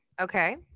Okay